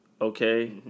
okay